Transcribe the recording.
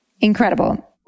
incredible